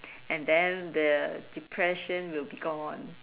and then the depression will be gone